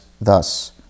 thus